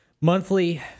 monthly